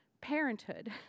parenthood